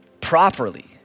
properly